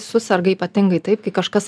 suserga ypatingai taip kai kažkas